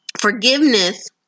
Forgiveness